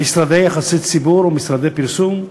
משרדי יחסי ציבור ומשרדי פרסום?